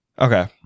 Okay